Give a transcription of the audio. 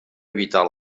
vital